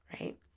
right